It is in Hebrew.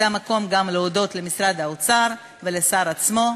זה המקום גם להודות למשרד האוצר ולשר עצמו.